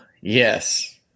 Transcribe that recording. Yes